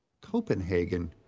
Copenhagen